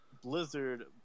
Blizzard